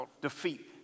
defeat